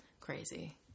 crazy